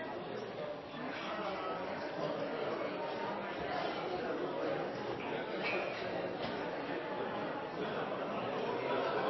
presenteres